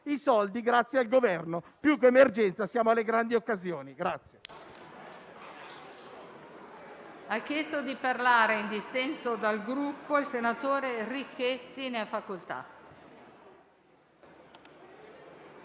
i soldi grazie al Governo. Più che in emergenza, siamo alle grandi occasioni.